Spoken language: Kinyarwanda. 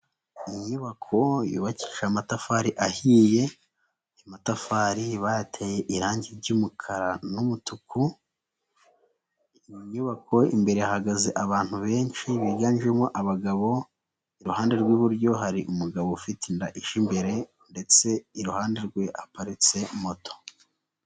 Inyubako yubakishije amatafari ahiye, ayo matafari bayateye irangi ry'umukara n'umutuku, inyubako imbere hahagaze abantu benshi biganjemo abagabo, iruhande rw'iburyo hari umugabo ufite inda ije imbere ndetse iruhande rwe haparitse moto.